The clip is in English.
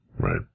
Right